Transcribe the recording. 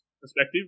perspective